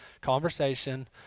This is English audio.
conversation